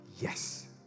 Yes